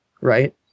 Right